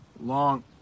Long